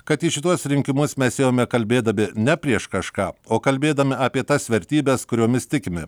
kad į šituos rinkimus mes ėjome kalbėdami ne prieš kažką o kalbėdami apie tas vertybes kuriomis tikime